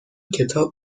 کتاب